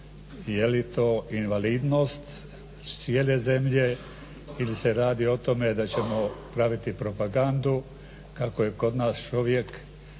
je li to invalidnost cijele zemlje ili se radi o tome da ćemo praviti propagandu kako je kod nas čovjek